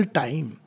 time